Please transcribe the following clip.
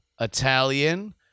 Italian